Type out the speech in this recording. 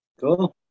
Cool